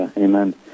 Amen